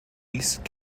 east